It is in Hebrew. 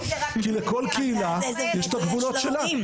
לכל קהילה יש את הגבולות שלה.